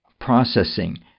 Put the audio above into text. processing